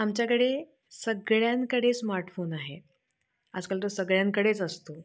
आमच्याकडे सगळ्यांकडे स्मार्टफोन आहे आजकाल तो सगळ्यांकडेच असतो